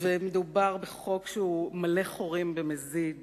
מדובר בחוק שהוא מלא חורים במזיד